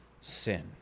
sin